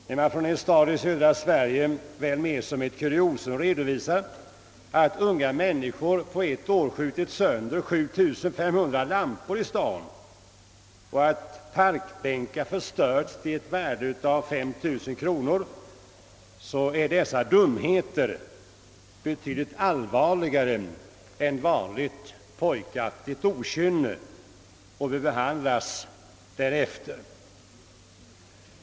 När man från en stad i södra Sverige mer som ett kuriosum redovisar att unga människor ett år skjutit sönder 7 500 lampor i staden och att parkbänkar förstörts till ett värde av 5 000 kronor, är dessa dumheter betydligt allvarligare än vanligt pojkaktigt okynne och bör behandlas därefter.